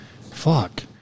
Fuck